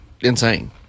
insane